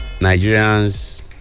Nigerians